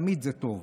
תמיד זה טוב,